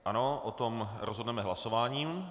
Ano, o tom rozhodneme hlasováním.